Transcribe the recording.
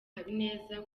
habineza